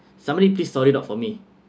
somebody please sort it out for me